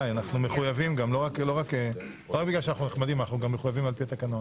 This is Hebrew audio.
אנחנו גם מחויבים לא רק בגלל שאנחנו נחמדים אלא גם על-פי התקנון.